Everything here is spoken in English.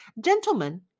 Gentlemen